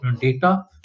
data